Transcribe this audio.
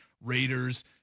Raiders